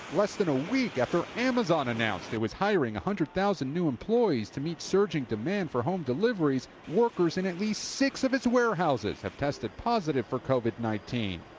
less than a week after amazon announced it was hiring one hundred thousand new employees to meet surging demand for home deliveries, workers in at least six of its ware houses have tested positive for covid nineteen